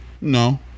No